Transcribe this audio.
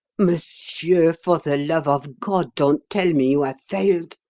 monsieur, for the love of god, don't tell me you have failed,